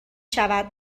شود